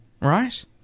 Right